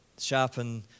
Sharpen